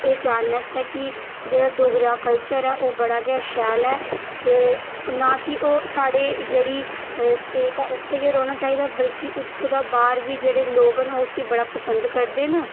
एह् जानने आस्तै कि जेह्ड़ा डोगरा कल्चर ऐ ओह् बड़ा गै शैल ऐ ते ना कि ओह् साढ़े जेह्ड़ी स्टेट ऐ उत्थै गै रौह्ना चाहिदा बल्कि उत्थुं दा बाह्र बी जेह्ड़े लोग न ओह् उसी बड़ा पसन्द करदे न